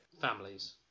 Families